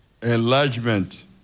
enlargement